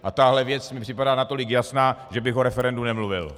A tahle věc mi připadá natolik jasná, že bych o referendu nemluvil!